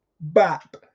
Bap